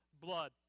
blood